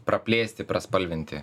praplėsti praspalvinti